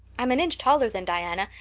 i'm an inch taller than diana,